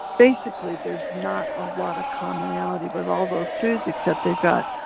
basically there's not a lotta commonality with all those foods except they've got